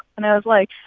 and i was like,